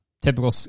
Typical